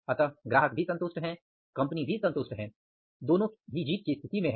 अतः ग्राहक भी संतुष्ट हैं कंपनी भी संतुष्ट है दोनों जीत की स्थिति में हैं